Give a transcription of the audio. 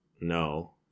no